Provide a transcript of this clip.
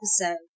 episode